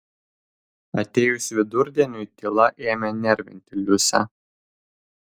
atėjus vidurdieniui tyla ėmė nervinti liusę